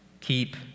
keep